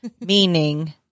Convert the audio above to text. Meaning